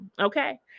okay